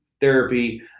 therapy